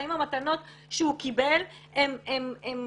האם המתנות שהוא קיבל הן